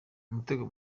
umutego